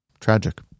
Tragic